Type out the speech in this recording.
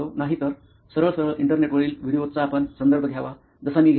नाहीतर सरळ सरळ इंटरनेट वरील व्हिडिओजचा आपण संदर्भ घ्यावा जसा मी घेतो